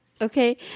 okay